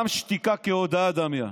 גם שתיקה כהודאה דמיא.